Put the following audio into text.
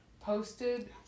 posted